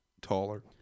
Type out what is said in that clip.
taller